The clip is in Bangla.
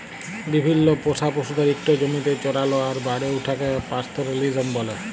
বিভিল্ল্য পোষা পশুদের ইকট জমিতে চরাল আর বাড়ে উঠাকে পাস্তরেলিজম ব্যলে